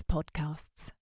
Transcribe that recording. Podcasts